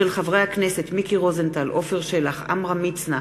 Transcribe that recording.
מאת חברי הכנסת מיקי רוזנטל, עפר שלח, עמרם מצנע